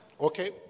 Okay